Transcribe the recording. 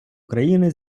україни